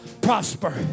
prosper